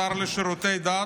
השר לשירותי דת,